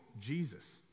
Jesus